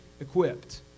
equipped